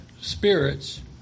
spirits